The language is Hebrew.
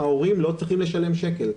ההורים לא צריכים לשלם שקל.